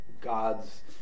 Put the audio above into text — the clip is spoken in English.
God's